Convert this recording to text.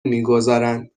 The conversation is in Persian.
میگذارند